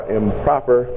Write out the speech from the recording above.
improper